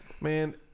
Man